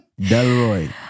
Delroy